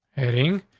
heading,